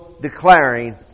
declaring